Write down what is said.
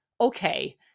Okay